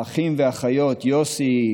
האחים והאחיות יוסי,